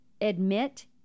Admit